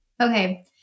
okay